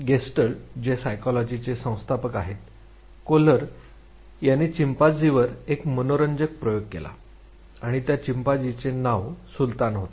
gestalt जे सायकोलॉजीचे संस्थापक आहेत कोहलर त्याने चिंपांझीवर एक मनोरंजक प्रयोग केला आणि त्या चिंपांझीचे नाव सुलतान होते